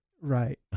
Right